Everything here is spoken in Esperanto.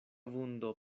vundo